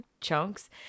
chunks